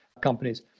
companies